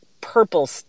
purple